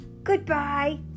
Goodbye